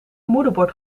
moederbord